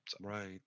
right